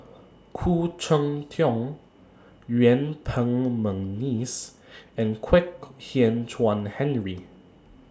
Khoo Cheng Tiong Yuen Peng Mcneice and Kwek Hian Chuan Henry